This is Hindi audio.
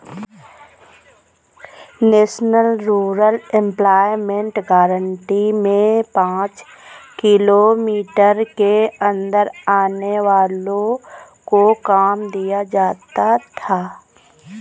नेशनल रूरल एम्प्लॉयमेंट गारंटी में पांच किलोमीटर के अंदर आने वालो को काम दिया जाता था